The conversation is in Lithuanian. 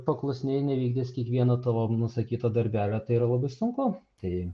paklusniai nevykdys kiekvieno tavo nusakyto darbelio tai yra labai sunku tai